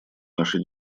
нашей